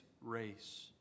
race